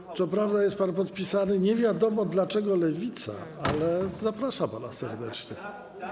Co prawda jest pan podpisany - nie wiadomo dlaczego - Lewica, ale zapraszam pana serdecznie.